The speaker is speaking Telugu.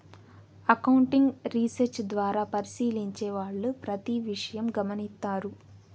అకౌంటింగ్ రీసెర్చ్ ద్వారా పరిశీలించే వాళ్ళు ప్రతి విషయం గమనిత్తారు